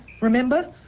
remember